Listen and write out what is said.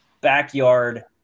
backyard